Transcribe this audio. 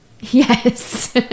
Yes